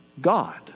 God